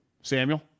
Samuel